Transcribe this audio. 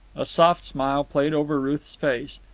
a soft smile played over ruth's face.